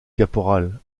caporal